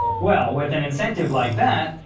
well, with an incentive like that,